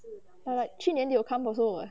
but like 去年 they got come also [what]